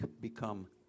become